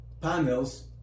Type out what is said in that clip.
panels